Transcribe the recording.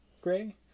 gray